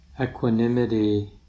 equanimity